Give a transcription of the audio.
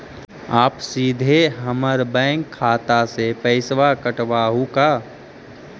आप सीधे हमर बैंक खाता से पैसवा काटवहु का?